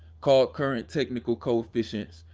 called current technical coefficients,